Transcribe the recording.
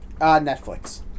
Netflix